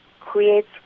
creates